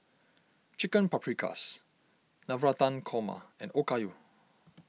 Chicken Paprikas Navratan Korma and Okayu